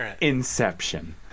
Inception